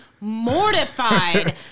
mortified